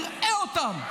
נראה אותם,